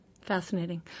Fascinating